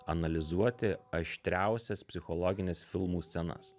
analizuoti aštriausias psichologines filmų scenas